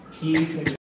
peace